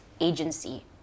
agency